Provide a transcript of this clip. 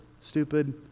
stupid